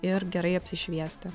ir gerai apsišviesti